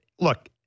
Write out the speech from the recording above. Look